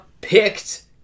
picked